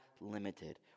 limited